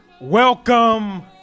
Welcome